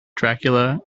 dracula